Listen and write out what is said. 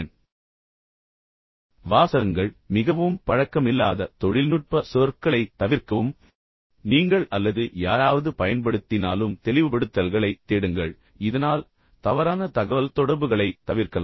கண்ணியமாக இருங்கள் கண்ணியமான வெளிப்பாடுகளைப் பயன்படுத்துங்கள் வாசகங்கள் மிகவும் பழக்கமில்லாத தொழில்நுட்ப சொற்களைத் தவிர்க்கவும் நீங்கள் பயன்படுத்தினாலும் அல்லது யாராவது பயன்படுத்தினாலும் தெளிவுபடுத்தல்களைத் தேடுங்கள் இதனால் தவறான தகவல்தொடர்புகளைத் தவிர்க்கலாம்